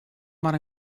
mar